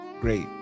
Great